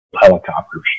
helicopters